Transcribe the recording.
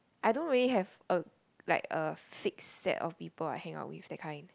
I don't really have a like a fix set of people I hang out with that kind